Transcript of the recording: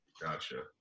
gotcha